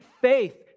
faith